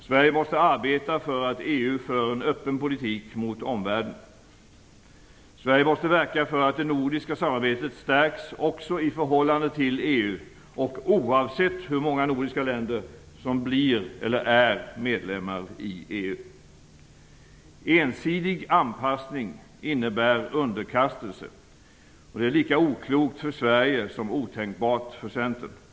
Sverige måste arbeta för att EU för en öppen politik mot omvärlden. Sverige måste verka för att det nordiska samarbetet stärks också i förhållande till EU och oavsett hur många nordiska länder som blir eller är medlemmar i EU. Ensidig anpassning innebär underkastelse. Det är lika oklokt för Sverige som otänkbart för Centern.